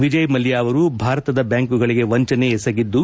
ವಿಜಯಮಲ್ಲ ಅವರು ಭಾರತದ ಬ್ಲಾಂಕುಗಳಿಗೆ ವಂಚನೆ ಎಸಗಿದ್ದು